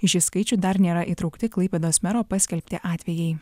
į šį skaičių dar nėra įtraukti klaipėdos mero paskelbti atvejai